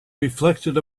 reflected